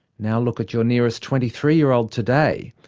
now look at your nearest twenty three year old today.